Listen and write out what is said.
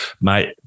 mate